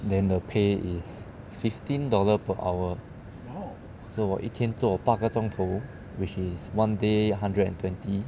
then the pay is fifteen dollar per hour so 我一天做八个钟头 which is one day one hundred and twenty